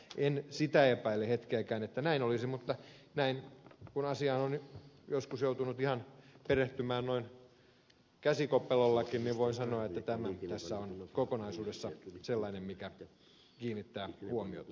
en sitä epäile hetkeäkään että näin olisi mutta kun asiaan on joutunut joskus perehtymään ihan noin käsikopelollakin niin voin sanoa että tässä kokonaisuudessa tämä kiinnittää huomiota